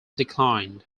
declined